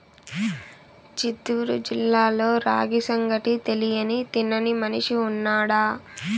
చిత్తూరు జిల్లాలో రాగి సంగటి తెలియని తినని మనిషి ఉన్నాడా